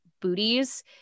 booties